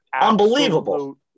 unbelievable